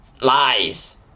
lies